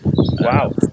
Wow